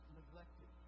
neglected